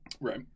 right